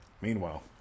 Meanwhile